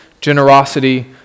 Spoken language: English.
generosity